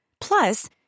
Plus